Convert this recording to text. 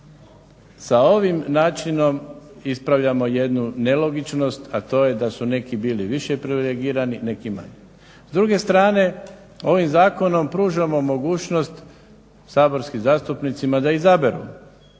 sa ovim načinom ispravljamo jednu nelogičnost a to je da su neki bili više privilegirani, neki manje. S druge strane, ovim zakonom pružamo mogućnost saborskim zastupnicima da izaberu